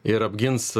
ir apgins